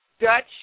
Dutch